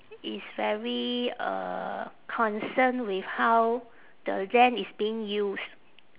is very uh concerned with how the land is being use